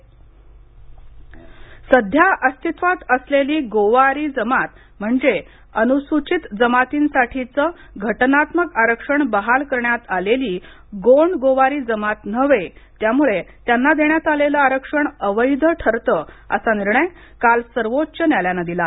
अहमदनगर सध्या अस्तित्वात असलेली गोवारी जमात म्हणजे अनुसूचित जमातींसाठीचं घटनात्मक आरक्षण बहाल करण्यात आलेली गोंड गोवारी जमात नव्हे त्यामुळे त्यांना देण्यात आलेलं आरक्षण अवैध ठरतं असा निर्णय काल सर्वोच्च न्यायालयानं दिला